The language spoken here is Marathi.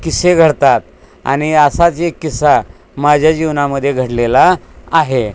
किस्से घडतात आणि असाच एक किस्सा माझ्या जीवनामध्ये घडलेला आहे